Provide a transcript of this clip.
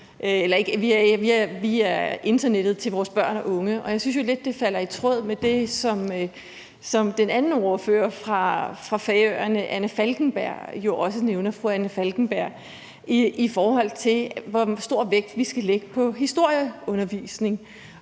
via internettet til vores børn og unge, og jeg synes jo, det falder lidt i tråd med det, som den anden ordfører fra Færøerne, fru Anna Falkenberg, også nævner, i forhold til hvor stor vægt vi skal lægge på historieundervisningen,